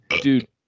dude